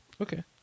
Okay